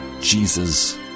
Jesus